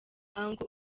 uncle